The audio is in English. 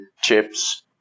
chips